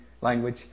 language